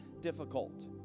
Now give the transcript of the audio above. difficult